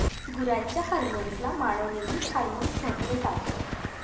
गुरांच्या हर्मोन्स ला मानव निर्मित हार्मोन्स म्हटल जात